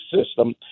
system